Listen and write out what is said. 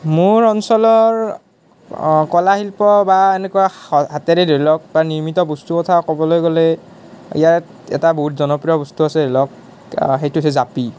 মোৰ অঞ্চলৰ কলাশিল্প বা এনেকুৱা হাতেৰে ধৰি লওক বা নিৰ্মিত বস্তুৰ কথা ক'বলৈ গ'লে ইয়াত এটা বহুত জনপ্ৰিয় বস্তু আছে ধৰি লওক সেইটো হৈছে জাপি